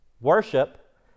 worship